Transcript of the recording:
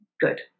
Good